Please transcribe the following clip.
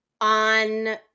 On